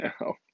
now